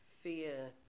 fear